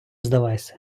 здавайся